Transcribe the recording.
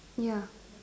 ya